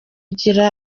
ugira